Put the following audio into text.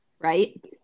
right